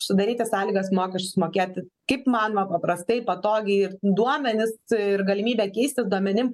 sudaryti sąlygas mokesčius mokėti kaip man ma paprastai patogiai duomenis ir galimybė keistis duomenim